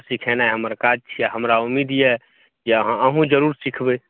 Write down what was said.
आ सिखेनाइ हमर काज छी आ हमरा उम्मीद यऽ जे अहाँ अहूँ जरूर सिखबै